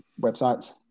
websites